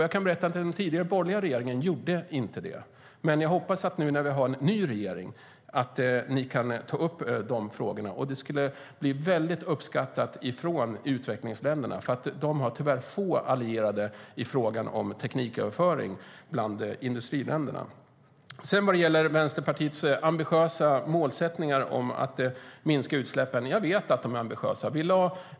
Jag kan berätta att den tidigare borgerliga regeringen inte gjorde detta, men jag hoppas att ni i den nya regeringen kan ta upp dessa frågor. Det skulle bli väldigt uppskattat av utvecklingsländerna, för de har tyvärr få allierade bland industriländerna i frågan om tekniköverföring. När det gäller Vänsterpartiets målsättningar om att minska utsläppen ska jag säga att jag vet att de är ambitiösa.